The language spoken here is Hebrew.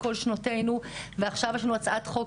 בכל שנותינו ועכשיו יש לנו הצעת חוק,